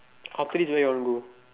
after this where you want go